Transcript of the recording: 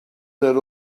that